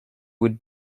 would